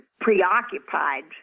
preoccupied